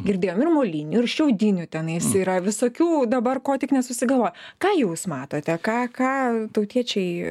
girdėjom ir molinių ir šiaudinių tenais yra visokių dabar ko tik nesusigalvoja ką jūs matote ką ką tautiečiai